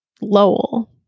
lowell